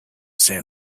san